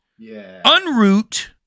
unroot